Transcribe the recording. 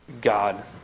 God